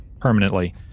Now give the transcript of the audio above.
permanently